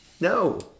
No